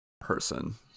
person